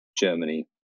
Germany